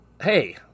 hey